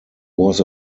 was